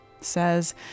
says